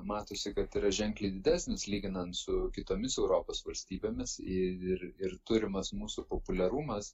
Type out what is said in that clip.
matosi kad yra ženkliai didesnis lyginant su kitomis europos valstybėmis ir ir turimas mūsų populiarumas